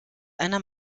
einer